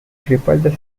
crippled